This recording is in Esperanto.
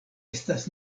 estas